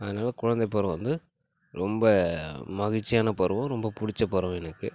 அதனால் குழந்தை பருவம் வந்து ரொம்ப மகிழ்ச்சியான பருவம் ரொம்ப பிடிச்ச பருவம் எனக்கு